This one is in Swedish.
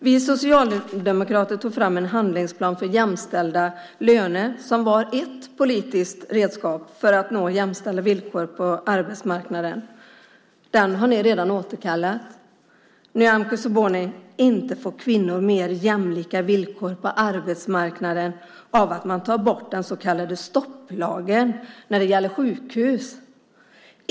Vi socialdemokrater tog fram en handlingsplan för jämställda löner som var ett politiskt redskap för att nå jämställda villkor på arbetsmarknaden. Den har ni redan återkallat. Nyamko Sabuni, inte får kvinnor mer jämlika villkor på arbetsmarknaden av att man tar bort den så kallade stopplagen när det gäller sjukhus.